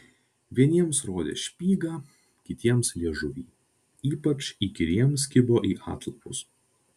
vieniems rodė špygą kitiems liežuvį ypač įkyriems kibo į atlapus